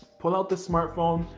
pull out the smartphone,